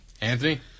Anthony